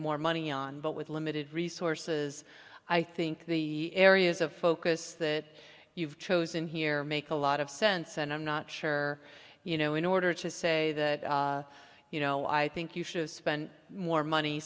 more money on but with limited resources i think the areas of focus that you've chosen here make a lot of sense and i'm not sure you know in order to say that you know i think you should spend more money